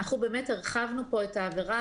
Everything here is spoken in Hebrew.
אנחנו באמת הרחבנו פה את העבירה,